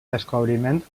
descobriment